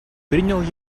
принял